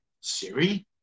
Siri